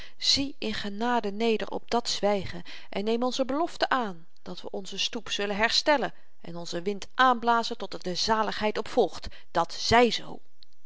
zie in genade neder op dat zwygen en neem onze belofte aan dat we onze stoep zullen herstellen en onzen wind aanblazen tot er de zaligheid op volgt dat zy zoo